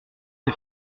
des